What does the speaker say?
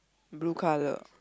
blue colour